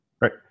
Right